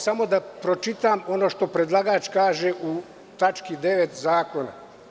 Samo da pročitam ono što predlagač kaže u tački 9. zakona.